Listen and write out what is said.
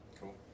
cool